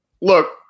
Look